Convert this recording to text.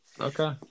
Okay